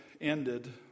ended